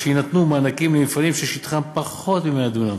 שיינתנו מענקים למפעלים ששטחם פחות מ-100 דונם,